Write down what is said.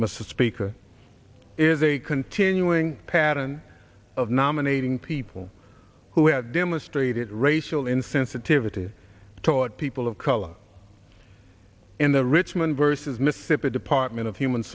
mr speaker is a continuing pattern of nominating people who have demonstrated racial insensitivity taught people of color in the richmond versus mississippi department of human